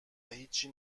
هیچی